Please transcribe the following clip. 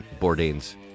Bourdain's